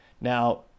Now